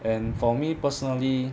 and for me personally